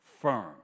firm